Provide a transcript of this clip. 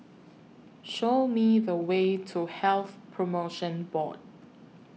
Show Me The Way to Health promotion Board